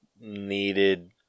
needed